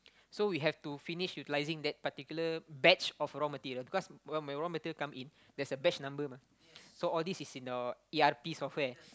so we have to finish utilising that particular batch of raw material because when raw material come in there's a batch number mah so all these is in your e_r_p software